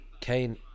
Kane